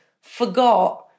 forgot